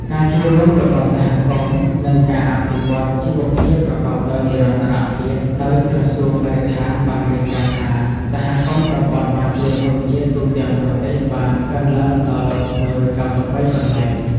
ការចូលរួមរបស់សហគមន៍ និងការអភិវឌ្ឍជីវភាពប្រកបដោយនិរន្តរភាព ដោយក្រសួងបរិស្ថានបានរាយការណ៍ថា សហគមន៍តំបន់ការពារធម្មជាតិទូទាំងប្រទេសបានកើនឡើងដល់ ១៩៣ កន្លែង។